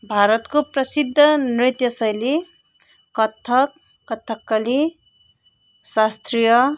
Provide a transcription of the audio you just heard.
भारतको प्रसिद्ध नृत्य शैली कथक कथकली शास्त्रीय